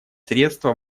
средства